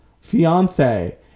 fiance